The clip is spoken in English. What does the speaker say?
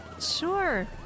Sure